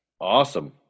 Awesome